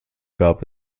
gab